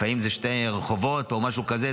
לפעמים זה שני רחובות או משהו כזה,